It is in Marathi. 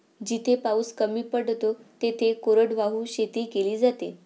जिथे पाऊस कमी पडतो तिथे कोरडवाहू शेती केली जाते